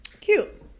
Cute